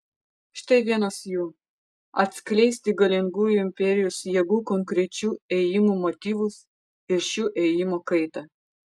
štai vienas jų atskleisti galingųjų imperijos jėgų konkrečių ėjimų motyvus ir šių ėjimų kaitą